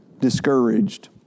discouraged